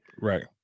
Right